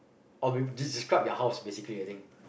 or with this describe your house basically I think